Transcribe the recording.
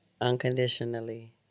unconditionally